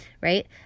Right